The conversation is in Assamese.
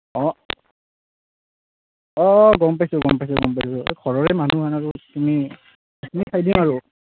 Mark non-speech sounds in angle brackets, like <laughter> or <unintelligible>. অঁ অঁ অঁ গম পাইছোঁ গম পাইছোঁ গম পাইছোঁ ঘৰৰে মানুহ আৰু কি <unintelligible> আৰু